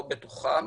או בתוכם,